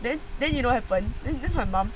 then then you don't then then my mum